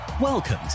Welcome